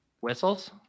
Whistles